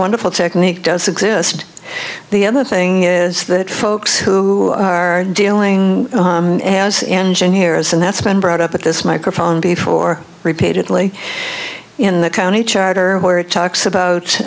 wonderful technique does exist the other thing is that folks who are dealing as and in here as and that's been brought up at this microphone before repeatedly in the county charter where it talks about